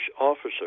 officer